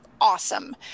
awesome